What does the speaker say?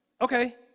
Okay